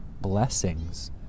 blessings